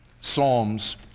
Psalms